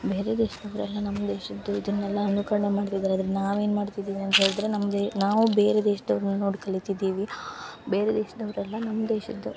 ಬೇರೆ ದೇಶ್ದೋರೆಲ್ಲ ನಮ್ಮ ದೇಶದ್ದು ಇದನ್ನೆಲ್ಲ ಅನುಕರಣೆ ಮಾಡ್ತಿದ್ದಾರೆ ಆದರೆ ನಾವು ಏನು ಮಾಡ್ತಿದ್ದೀವಿ ಅಂತೇಳಿದರೆ ನಮಗೆ ನಾವು ಬೇರೆ ದೇಶ್ದೋರನ್ನ ನೋಡಿ ಕಲಿತಿದ್ದೀವಿ ಬೇರೆ ದೇಶ್ದೋರೆಲ್ಲ ನಮ್ ದೇಶದ್ದು